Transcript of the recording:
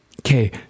okay